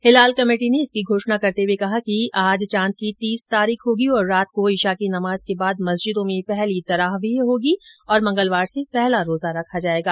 हिलाल committee ने इसकी घोषणा करते हुए कहा कि आज चांद की तीस तारीख होगी और रात को ईशा की नमाज के बाद मस्जिदों में पहली तरावीह होगी तथा मंगलवार से पहला रोजा रखा जाएगा